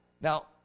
Now